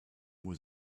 was